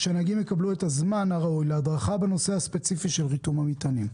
ושנהגים יקבלו את הזמן הראוי להדרכה בנושא הספציפי של ריתום המטענים.